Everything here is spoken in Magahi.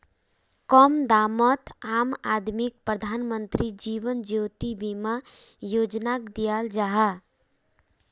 कम दामोत आम आदमीक प्रधानमंत्री जीवन ज्योति बीमा योजनाक दियाल जाहा